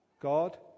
God